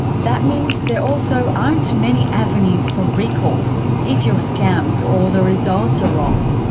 that means there also aren't many avenues for recourse if you're scammed, or the results are wrong.